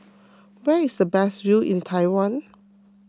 where is the best view in Taiwan